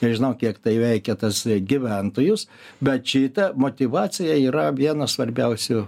nežinau kiek tai veikia tas gyventojus bet šita motyvacija yra vienas svarbiausių